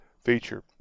feature